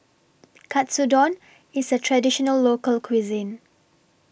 Katsudon IS A Traditional Local Cuisine